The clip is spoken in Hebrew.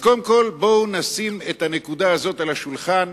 אז קודם כול בואו נשים את הנקודה הזאת על השולחן.